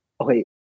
okay